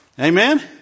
Amen